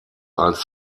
als